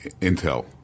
intel